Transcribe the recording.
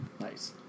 Nice